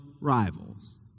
rivals